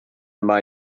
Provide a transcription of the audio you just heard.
yma